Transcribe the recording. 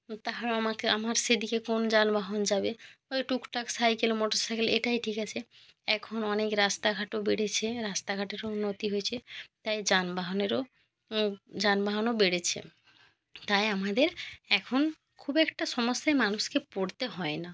তাহলে আমাকে আমার সেদিকে কোন যানবাহন যাবে ওই টুকটাক সাইকেল মোটর সাইকেল এটাই ঠিক আছে এখন অনেগ রাস্তাঘাটও বেড়েছে রাস্তাঘাটেরও উন্নতি হয়েছে তাই যানবাহনেরও যানবাহনও বেড়েছে তাই আমাদের এখন খুব একটা সমস্যায় মানুষকে পড়তে হয় না